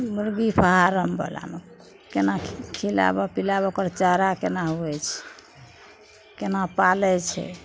मुरगी फारमवलामे कोना खिलाबऽ पिलाबऽ ओकर चारा कोना होइ छै कोना पालै छै